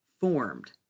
formed